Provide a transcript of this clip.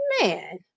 Man